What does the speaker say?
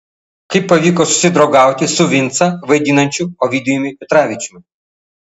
kaip pavyko susidraugauti su vincą vaidinančiu ovidijumi petravičiumi